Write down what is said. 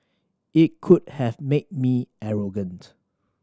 it could have made me arrogant